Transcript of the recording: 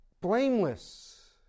blameless